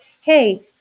Hey